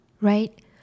right